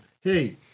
hey